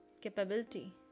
capability